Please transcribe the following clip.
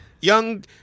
young